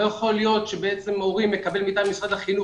לא יכול להיות שבעצם אורי מקבל מטעם משרד החינוך,